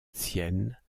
sienne